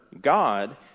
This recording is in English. God